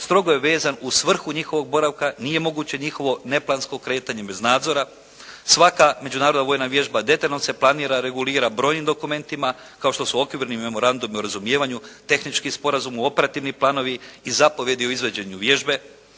strogo je vezan u svrhu njihovog boravka, nije moguće njihovo neplansko kretanje bez nadzora, svaka međunarodna vojna vježba detaljno se planira, regulira brojnim dokumentima kao što su Okvirni memorandum u razumijevanju, tehnički sporazum, operativni planovi i zapovijedi u izvođenju vježbe.